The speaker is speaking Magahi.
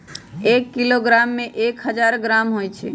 एक किलोग्राम में एक हजार ग्राम होई छई